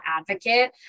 advocate